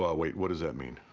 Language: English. ah wait, what does that mean?